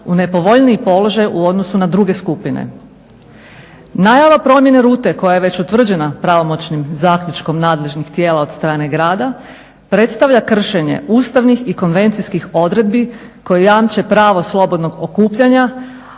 u nepovoljniji položaj u odnosu na druge skupine. Najava promjene rute koja je već utvrđena pravomoćnim zaključkom nadležnih tijela od strane grada predstavlja kršenje ustavnih i konvencijskih odredbi koje jamče pravo slobodnog okupljanja,